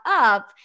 up